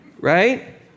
right